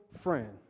friend